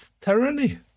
tyranny